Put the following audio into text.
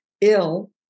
ill